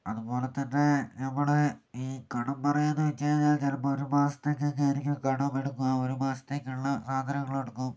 അതുപോലെതന്നെ നമ്മുടെ ഈ കടം പറയുക എന്നു വച്ചുകഴിഞ്ഞാൽ ചിലപ്പോൾ ഒരു മാസത്തേക്കൊക്കെ ആയിരിക്കും കടം എടുക്കുക ഒരു മാസത്തേക്കുള്ള സാധനങ്ങൾ എടുക്കും